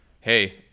hey